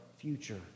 future